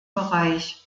bereich